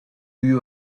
you